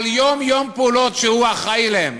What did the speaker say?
פעולות יום-יום שהוא אחראי להן,